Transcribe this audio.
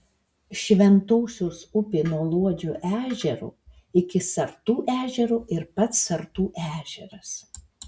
šventosios upė nuo luodžio ežero iki sartų ežero ir pats sartų ežeras